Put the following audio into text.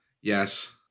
Yes